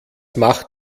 macht